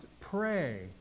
pray